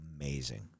Amazing